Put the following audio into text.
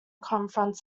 confronts